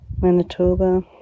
Manitoba